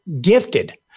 gifted